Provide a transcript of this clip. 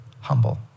humble